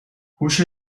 هوش